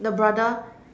the brother